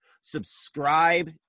subscribe